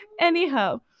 anyhow